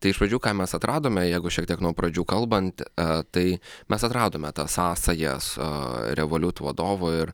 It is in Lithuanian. tai iš pradžių ką mes atradome jeigu šiek tiek nuo pradžių kalbant a tai mes atradome tą sąsają su revoliut vadovu ir